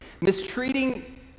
mistreating